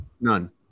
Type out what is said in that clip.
none